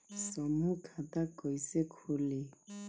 समूह खाता कैसे खुली?